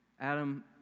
Adam